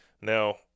Now